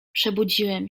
przebudziłem